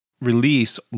release